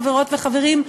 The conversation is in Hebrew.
חברות וחברים,